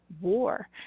war